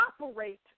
operate